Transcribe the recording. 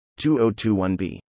2021b